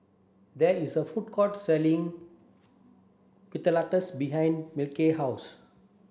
there is a food court selling behind house